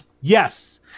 Yes